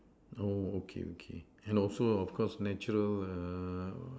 oh okay okay and also of course natural err